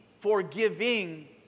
forgiving